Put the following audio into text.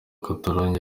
catalogne